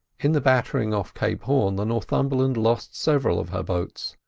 in the battering off cape horn the northumberland lost several of her boats.